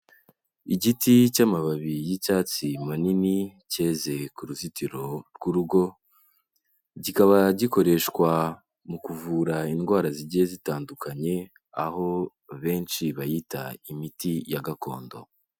Igiti cy'amababi y'icyatsi manini, cyeze ku ruzitiro rw'urugo, kikaba gikoreshwa mu kuvura indwara zigiye zitandukanye aho benshi bayita imiti ya gakondo.